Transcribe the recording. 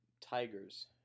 tigers